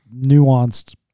nuanced